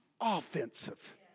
offensive